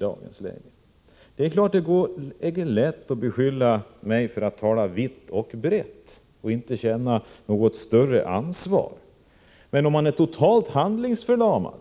Man kan naturligtvis beskylla mig för att tala vitt och brett och utan att känna något större ansvar, men om man är totalt handlingsförlamad